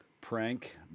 Prank